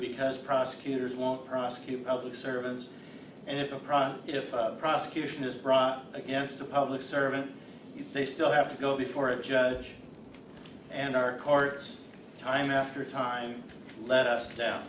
because prosecutors won't prosecute public servants and if a crime if prosecution is brought against a public servant they still have to go before a judge and our courts time after time let us go down